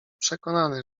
przekonany